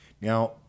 Now